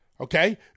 Okay